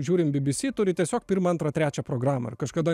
žiūrint bbc turi tiesiog pirmą antrą trečią programą ir kažkada